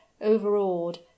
overawed